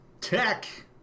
Tech